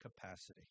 capacity